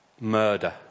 Murder